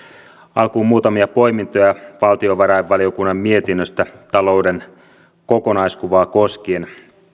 alkuun muutamia poimintoja valtiovarainvaliokunnan mietinnöstä talouden kokonaiskuvaa koskien